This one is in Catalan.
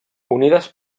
unides